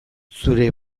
zure